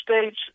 States